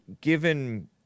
given